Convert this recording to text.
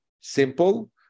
simple